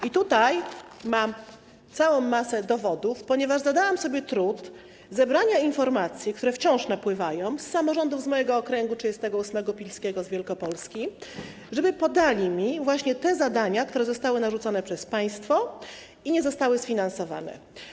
I tutaj mam całą masę dowodów, ponieważ zadałam sobie trud zebrania informacji, które wciąż napływają, z samorządów z mojego okręgu nr 38, pilskiego, z Wielkopolski, i poprosiłam, żeby podali mi właśnie te zadania, które zostały narzucone przez państwo i nie zostały sfinansowane.